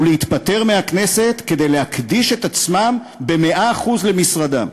ולהתפטר מהכנסת כדי להקדיש את עצמם במאה אחוז למשרדם.